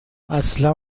اصلا